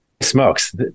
smokes